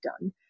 done